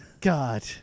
God